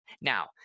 Now